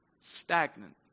stagnant